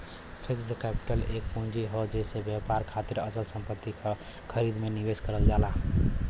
fixed capital एक पूंजी हौ जेसे व्यवसाय खातिर अचल संपत्ति क खरीद में निवेश करल जाला